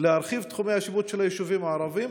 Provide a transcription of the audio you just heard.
להרחיב את תחומי השיפוט של היישובים הערביים,